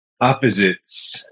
opposites